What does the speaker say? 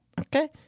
Okay